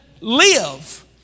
Live